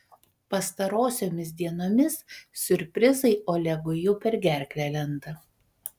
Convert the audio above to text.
pastarosiomis dienomis siurprizai olegui jau per gerklę lenda